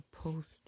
Post